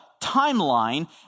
timeline